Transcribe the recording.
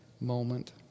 moment